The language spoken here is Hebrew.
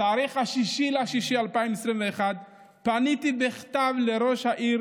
בתאריך 6 ביוני 2021 פניתי בכתב לראש העיר